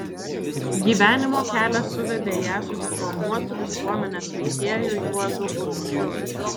gyvenimo kelias suvedė ją su diplomuotu visuomenės veikėju juozu urbšiu